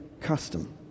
custom